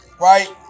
Right